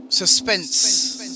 Suspense